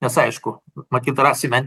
nes aišku matyt rasime